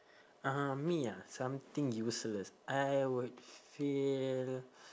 uh me ah something useless I would feel